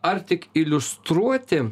ar tik iliustruoti